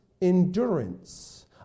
endurance